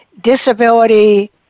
disability